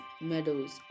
meadows